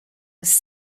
was